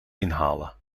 inhalen